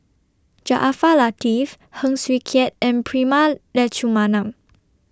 Jaafar Latiff Heng Swee Keat and Prema Letchumanan